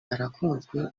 arakunzwe